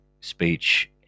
speech